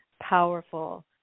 powerful